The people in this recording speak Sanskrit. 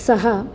सः